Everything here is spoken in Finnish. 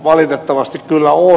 valitettavasti kyllä on